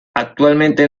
actualmente